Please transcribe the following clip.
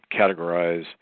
categorize